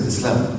Islam